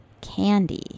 candy